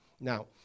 Now